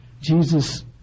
Jesus